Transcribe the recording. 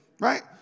Right